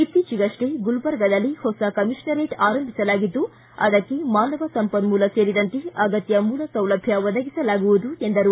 ಇತ್ತಿಚೆಗಷ್ಟೆ ಗುಲ್ಬಾರ್ಗದಲ್ಲಿ ಹೊಸ ಕಮಿಷನರೇಟ್ ಆರಂಭಿಸಲಾಗಿದ್ದು ಅದಕ್ಕೆ ಮಾನವ ಸಂಪನ್ಮೂಲ ಸೇರಿದಂತೆ ಎಲ್ಲ ಅಗತ್ಯ ಮೂಲ ಸೌಲಭ್ಯ ಒದಗಿಸಲಾಗುವುದು ಎಂದರು